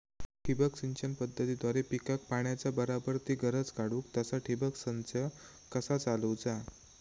ठिबक सिंचन पद्धतीद्वारे पिकाक पाण्याचा बराबर ती गरज काडूक तसा ठिबक संच कसा चालवुचा?